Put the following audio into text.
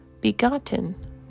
begotten